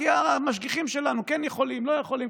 כי המשגיחים שלנו כן יכולים, לא יכולים.